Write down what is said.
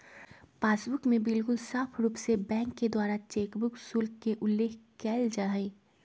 passbook में बिल्कुल साफ़ रूप से बैंक के द्वारा चेकबुक शुल्क के उल्लेख कइल जाहई